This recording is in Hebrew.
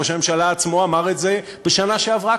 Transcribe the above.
ראש הממשלה עצמו אמר את זה בשנה שעברה,